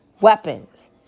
weapons